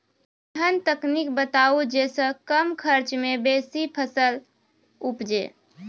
ऐहन तकनीक बताऊ जै सऽ कम खर्च मे बेसी फसल उपजे?